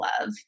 love